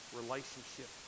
relationship